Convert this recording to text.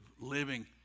living